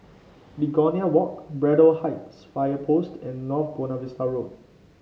Begonia Walk Braddell Heights Fire Post and North Buona Vista Road